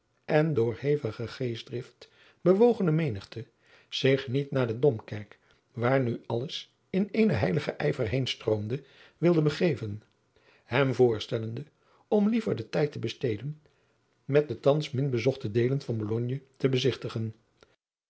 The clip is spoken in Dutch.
en door hevige geestdrift bewogene menigte zich niet naar de dom kerk waar nu alles in eenen heiligen ijver heenstroomde wilde begeven hem voorstellende om liever den tijd te besteden met de thans min bezochte deelen van bologne te bezigtigen